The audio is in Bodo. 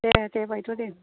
ए दे बायद' दे